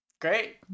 Great